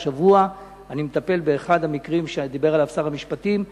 השבוע אני מטפל באחד המקרים שדיבר עליו שר המשפטים,